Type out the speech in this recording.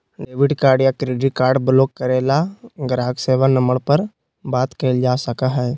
debit card या credit card block करे ला ग्राहक सेवा नंबर पर बात कइल जा सका हई